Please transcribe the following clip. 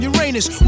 Uranus